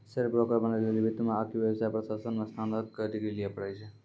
share broker बनै लेली वित्त मे आकि व्यवसाय प्रशासन मे स्नातक के डिग्री लिये पड़ै छै